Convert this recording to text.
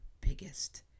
biggest